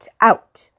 out